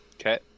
Okay